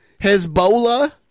Hezbollah